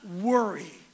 worry